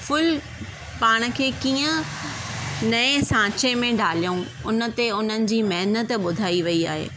full पाण खे कीअं नए सांचे में ढालयऊं उन ते उन्हनि जी महिनत ॿुधाई वई आहे